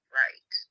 right